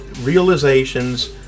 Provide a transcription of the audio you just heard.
realizations